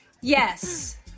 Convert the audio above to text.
Yes